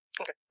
Okay